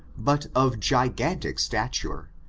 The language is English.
but of gigantic stature,